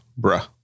bruh